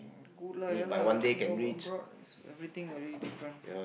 good lah ya lah see how abroad is everything very different